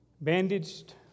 bandaged